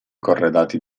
corredati